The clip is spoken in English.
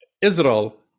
israel